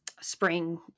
Spring